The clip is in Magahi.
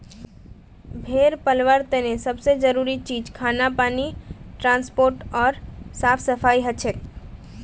भेड़ पलवार तने सब से जरूरी चीज खाना पानी ट्रांसपोर्ट ओर साफ सफाई हछेक